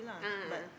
a'ah a'ah